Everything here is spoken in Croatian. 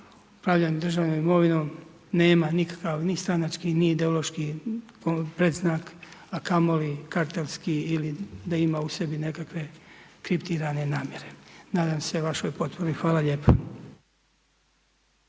upravljanju državnom imovinom nema nikakav ni stranački ni ideološki predznak, a kamo li .../Govornik se ne razumije./... ili da ima u sebi nekakve kriptirane namjere. Nadam se vašoj potpori. Hvala lijepa.